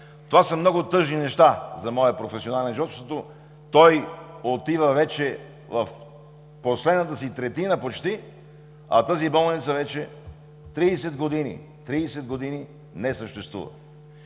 Това са много тъжни неща за моя професионален живот, защото той отива вече в последната си третина почти, а тази болница вече 30 години, 30 години не съществува.